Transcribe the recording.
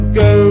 go